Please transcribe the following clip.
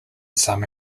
some